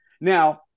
Now